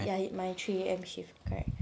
ya my three A_M shift correct